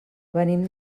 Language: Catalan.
venim